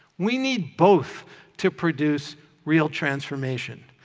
we need both to produce real transformation.